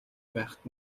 байхад